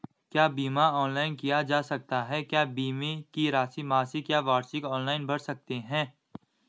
क्या बीमा ऑनलाइन किया जा सकता है क्या बीमे की राशि मासिक या वार्षिक ऑनलाइन भर सकते हैं?